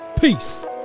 Peace